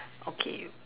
okay